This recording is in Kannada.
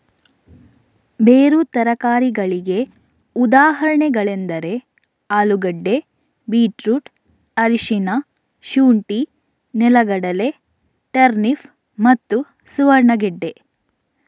ಬೇರು ತರಕಾರಿಗಳಿಗೆ ಉದಾಹರಣೆಗಳೆಂದರೆ ಆಲೂಗೆಡ್ಡೆ, ಬೀಟ್ರೂಟ್, ಅರಿಶಿನ, ಶುಂಠಿ, ನೆಲಗಡಲೆ, ಟರ್ನಿಪ್ ಮತ್ತು ಸುವರ್ಣಗೆಡ್ಡೆ